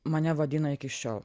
mane vadina iki šiol